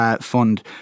fund